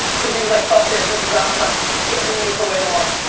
cause he was like fuck this, this is not, i'm not getting getting it the way i want.